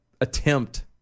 attempt